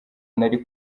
nari